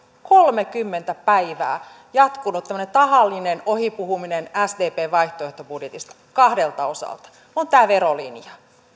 kolmekymmentä päivää jatkunut tämmöinen tahallinen ohipuhuminen sdpn vaihtoehtobudjetista kahdelta osalta on tämä verolinja